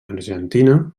argentina